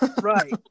Right